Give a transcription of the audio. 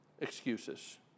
excuses